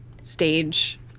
stage